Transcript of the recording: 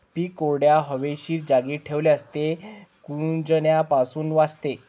पीक कोरड्या, हवेशीर जागी ठेवल्यास ते कुजण्यापासून वाचते